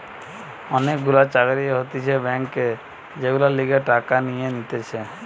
অনেক গুলা চাকরি হতিছে ব্যাংকে যেগুলার লিগে টাকা নিয়ে নিতেছে